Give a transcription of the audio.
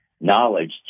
knowledge